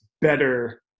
better